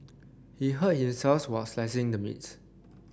he hurt while slicing the meat